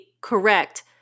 correct